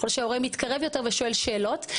ככל שהורה מתקרב יותר ושואל שאלות,